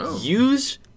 Use